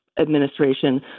administration